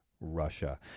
Russia